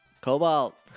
Cobalt